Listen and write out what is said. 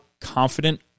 confident